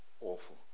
awful